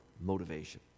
motivation